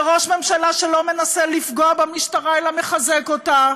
וראש ממשלה שלא מנסה לפגוע במשטרה, אלא מחזק אותה,